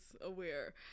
aware